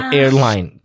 airline